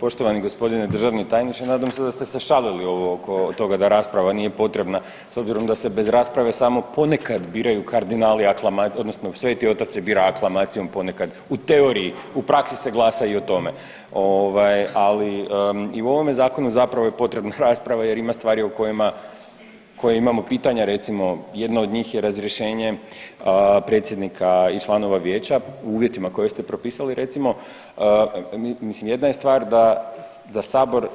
Poštovani g. državni tajniče, nadam se da ste se šalili ovo oko toga da rasprava nije potrebna s obzirom da se bez rasprave samo ponekad biraju kardinali odnosno sveti otac se bira aklamacijom ponekad u teoriji, u praksi se glasa i o tome, ovaj ali i o ovome zakonu zapravo je potrebna rasprava jer ima stvari o kojima, koja imamo pitanja recimo jedna od njih je razrješenje predsjednika i članova vijeća u uvjetima koje ste propisali recimo mislim jedna je stvar da, da sabor